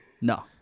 No